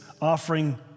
offering